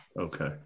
okay